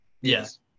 Yes